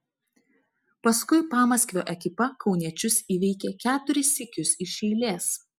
paskui pamaskvio ekipa kauniečius įveikė keturis sykius iš eilės